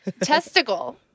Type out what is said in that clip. Testicle